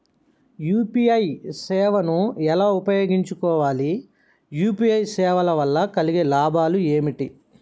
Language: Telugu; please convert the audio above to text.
యూ.పీ.ఐ సేవను ఎలా ఉపయోగించు కోవాలి? యూ.పీ.ఐ సేవల వల్ల కలిగే లాభాలు ఏమిటి?